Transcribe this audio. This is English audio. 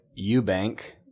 Eubank